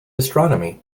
astronomy